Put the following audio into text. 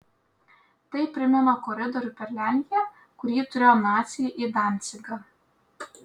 tai primena koridorių per lenkiją kurį turėjo naciai į dancigą